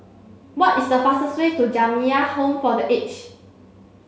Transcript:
what is the fastest way to Jamiyah Home for the Aged